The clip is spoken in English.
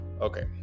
okay